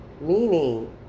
meaning